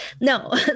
No